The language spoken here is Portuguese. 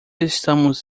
estamos